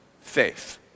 faith